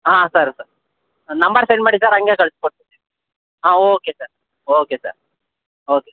ಹಾಂ ಸರಿ sir number send ಮಾಡಿ ಸರ್ ಹಂಗೆ ಕಳಿಸ್ಕೊಡ್ತೀನಿ ಹಾಂ okay sir okay sir okay